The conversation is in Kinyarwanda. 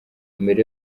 mbere